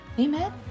Amen